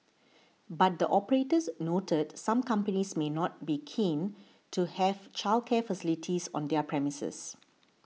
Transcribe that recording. but the operators noted some companies may not be keen to have childcare facilities on their premises